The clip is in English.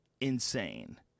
insane